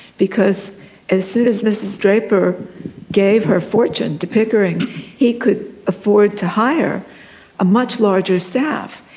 because as soon as mrs draper gave her fortune to pickering he could afford to hire a much larger staff,